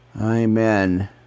Amen